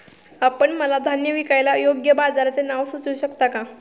आपण मला धान्य विकायला योग्य बाजाराचे नाव सुचवू शकता का?